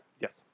Yes